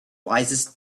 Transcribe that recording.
wisest